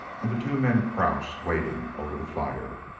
and the two men crouched waiting over the fire.